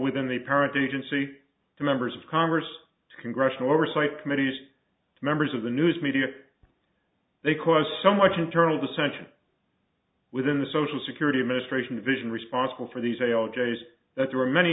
within the parent agency to members of congress to congressional oversight committees members of the news media they cause so much internal dissension within the social security administration division responsible for these a o'jays that there are many